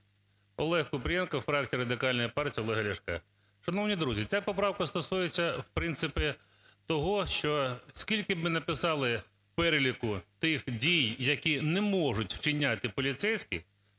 ОлегКупрієнко, фракція Радикальної партії Олега Ляшка. Шановні друзі, ця поправка стосується, в принципі, того, що скільки б ми не писали переліку тих дій, які не може вчиняти поліцейський,